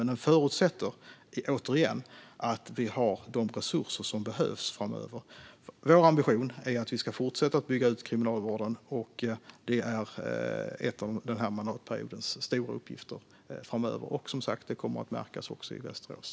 En förutsättning är, återigen, att vi har de resurser som behövs framöver. Vår ambition är att vi ska fortsätta att bygga ut kriminalvården, och det blir en av de stora uppgifterna framöver under denna mandatperiod. Detta kommer som sagt att märkas också i Västerås.